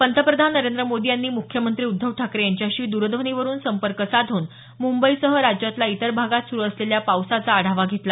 पंतप्रधान नरेंद्र मोदी यांनी मुख्यमंत्री उद्धव ठाकरे यांच्याशी द्रध्वनीवरुन सपंर्क साधून मुंबईसह राज्यातल्या इतर भागात सुरु असलेल्या पावसाचा आढावा घेतला